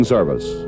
Service